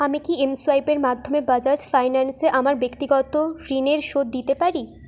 আমি কি এম সোয়াইপের মাধ্যমে বাজাজ ফাইন্যান্সে আমার ব্যক্তিগত ঋণের শোধ দিতে পারি